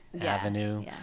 Avenue